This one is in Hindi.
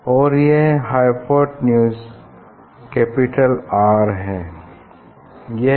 उससे आगे जो डार्क फ्रिंज है उसके आगे वाली bright fringe second bright fringe है